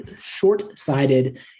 short-sighted